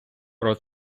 про